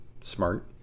smart